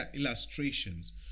illustrations